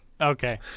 Okay